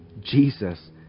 Jesus